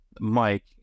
Mike